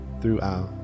throughout